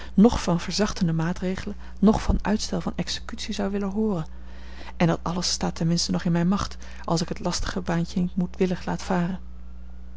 noch van verzachtende maatregelen noch van uitstel van executie zou willen hooren en dat alles staat ten minste nog in mijne macht als ik het lastig baantje niet moedwillig laat varen